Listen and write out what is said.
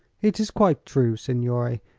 it is quite true, signore,